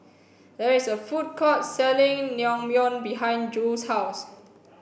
there is a food court selling Naengmyeon behind Jule's house